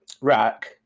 Rack